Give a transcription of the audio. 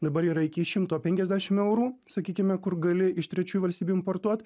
dabar yra iki šimto penkiasdešimt eurų sakykime kur gali iš trečiųjų valstybių importuot